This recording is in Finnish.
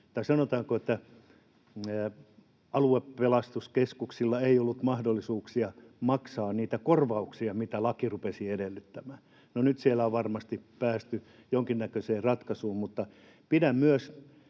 niin näillä aluepelastuskeskuksilla ei ollut mahdollisuuksia maksaa niitä korvauksia, mitä laki rupesi edellyttämään. No nyt siellä on varmasti päästy jonkinnäköiseen ratkaisuun. Pidän tätä myös